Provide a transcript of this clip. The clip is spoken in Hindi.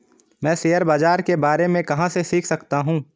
मैं शेयर बाज़ार के बारे में कहाँ से सीख सकता हूँ?